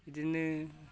बिदिनो